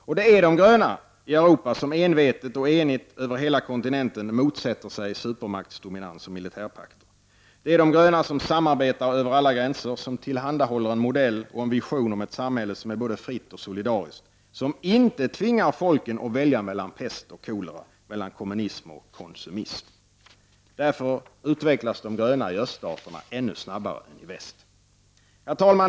Och det är de gröna i Europa som envetet och enigt över hela kontinenten motsätter sig supermaktsdominans och militärpakter. Det är de gröna som samarbetar över alla gränser och som tillhandahåller en modell av och en vision om ett samhälle som är både fritt och solidariskt och som inte tvingar folken att välja mellan pest och kolera, mellan kommunism och konsumism. Därför utvecklas de gröna i öststaterna ännu snabbare än i väst. Herr talman!